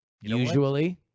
Usually